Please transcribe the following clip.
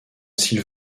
s’ils